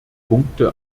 punkte